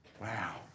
Wow